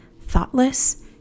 thoughtless